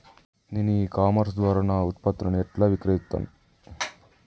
నేను e commerce ద్వారా నా ఉత్పత్తులను ఎట్లా విక్రయిత్తను?